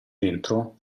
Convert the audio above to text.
dentro